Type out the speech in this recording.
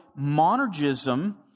monergism